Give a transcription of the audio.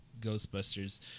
Ghostbusters